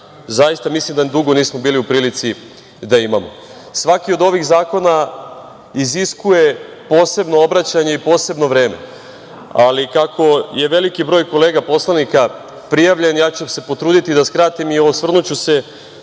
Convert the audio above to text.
zaista mislim da dugo nismo bili u prilici da imamo. Svaki od ovih zakona iziskuje posebno obraćanje i posebno vreme, ali kako je veliki broj kolega poslanika prijavljen, ja ću se potruditi da skratim i osvrnuću se